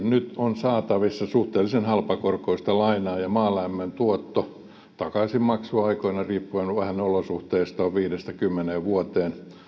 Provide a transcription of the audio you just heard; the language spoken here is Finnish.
nyt on saatavissa suhteellisen halpakorkoista lainaa ja maalämmön tuotto takaisinmaksuaikoina riippuen vähän olosuhteista on viisi viiva kymmenen